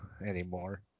anymore